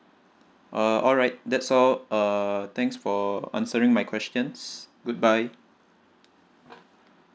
uh alright that's all err thanks for answering my questions goodbye